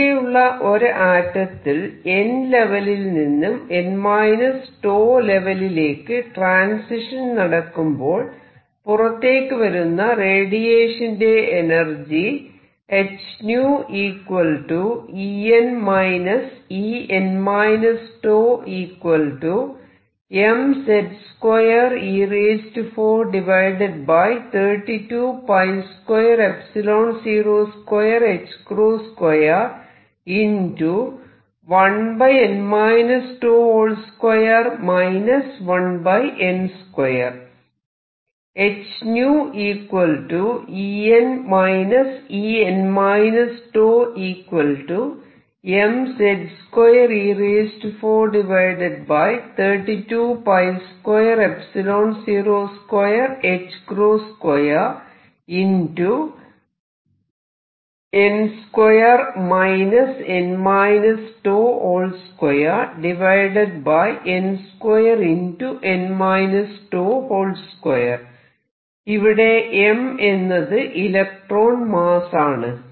ഇങ്ങനെയുള്ള ഒരു ആറ്റത്തിൽ n ലെവലിൽ നിന്നും n 𝞃 ലെവലിലേക്ക് ട്രാൻസിഷൻ നടക്കുമ്പോൾ പുറത്തേക്കു വരുന്ന റേഡിയേഷന്റെ എനർജി ഇവിടെ m എന്നത് ഇലക്ട്രോൺ മാസ്സ് ആണ്